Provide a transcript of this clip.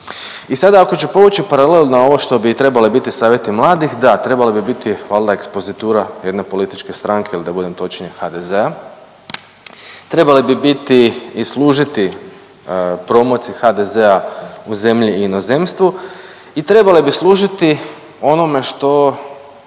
I sada ako ću povući paralelu na ovo što bi trebale biti savjeti mladih, da trebali bi biti valjda ekspozitura jedne političke stranke ili da budem točniji HDZ-a. Trebale bi biti i služiti promociji HDZ-a u zemlji i inozemstvu i trebale bi služiti onome što